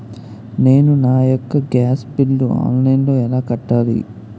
నేను నా యెక్క గ్యాస్ బిల్లు ఆన్లైన్లో ఎలా కట్టాలి?